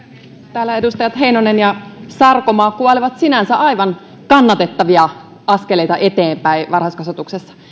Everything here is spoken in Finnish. täällä edustajat heinonen ja sarkomaa kuvailevat sinänsä aivan kannatettavia askeleita eteenpäin varhaiskasvatuksessa